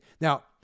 now